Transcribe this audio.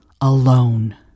alone